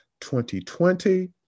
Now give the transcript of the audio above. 2020